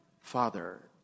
Father